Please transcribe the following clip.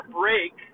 break